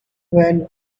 when